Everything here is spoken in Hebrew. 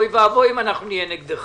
אוי ואבוי אם אנחנו נהיה נגדך.